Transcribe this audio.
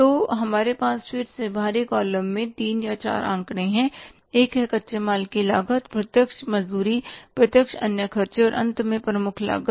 तो हमारे पास फिर से बाहरी कॉलम में तीन या चार आंकड़े हैं एक है कच्चे माल की खपत प्रत्यक्ष मजदूरी प्रत्यक्ष अन्य खर्च और अंत में प्रमुख लागत